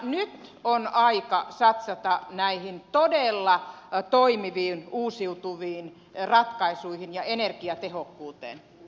nyt on aika satsata näihin todella toimiviin uusiutuviin ratkaisuihin ja energiatehokkuuteen